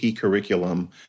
curriculum